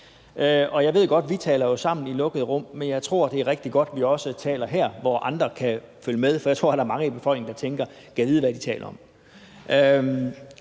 om. Jeg ved godt, at vi jo taler sammen i lukkede rum, men jeg tror, det er rigtig godt, at vi også taler her, hvor andre kan følge med, for jeg tror, der er mange i befolkningen, der tænker: Gad vide, hvad de taler om.